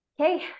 okay